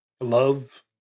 Love